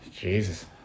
Jesus